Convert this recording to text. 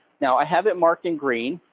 now, i have it marked in green,